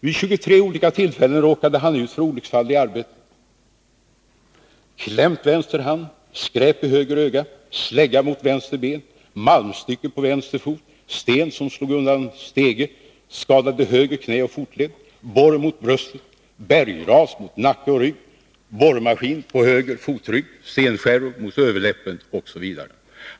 Vid 23 olika tillfällen råkade han ut för olycksfall i arbetet: klämt vänster hand, skräp i höger öga, slägga mot vänster ben, malmstycke på vänster fot, sten slog undan stege, skadade höger knä och fotled, borr mot bröstet, bergras mot nacke och rygg, borrmaskin på höger fotrygg, stenskärvor mot överläppen osv.